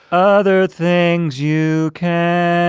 other things you can